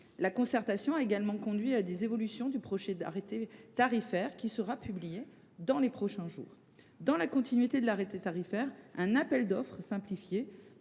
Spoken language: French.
concertation a conduit à faire évoluer le projet d’arrêté tarifaire qui sera publié dans les prochains jours. Dans la continuité de l’arrêté tarifaire, un appel d’offres simplifié